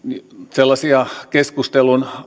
sellaisia keskustelun